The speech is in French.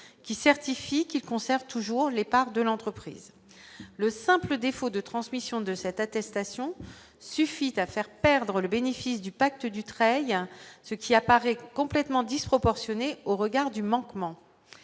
qui certifie qu'il conserve toujours les parts de l'entreprise, le simple défaut de transmission de cette attestation suffit à faire perdre le bénéfice du pacte Dutreil ce qui apparaît complètement disproportionnée au regard du manquement